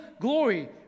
glory